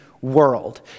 world